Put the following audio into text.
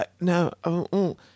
no